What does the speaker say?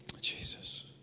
Jesus